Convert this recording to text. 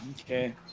Okay